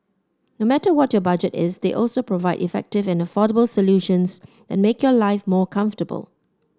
no matter what your budget is they also provide effective and affordable solutions that make your life more comfortable